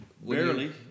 Barely